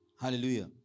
Hallelujah